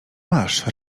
masz